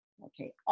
Okay